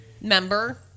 Member